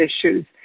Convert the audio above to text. issues